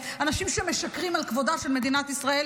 אנשים שמשקרים על כבודה של מדינת ישראל.